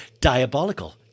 diabolical